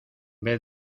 vez